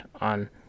on